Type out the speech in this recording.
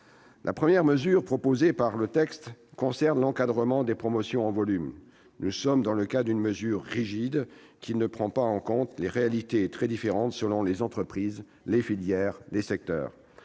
La première mesure proposée dans le texte concerne l'encadrement des promotions en volume. Nous sommes dans le cas d'une disposition rigide qui ne prend pas en compte les réalités très différentes selon les entreprises, les filières, les secteurs.